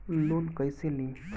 Loan कईसे ली?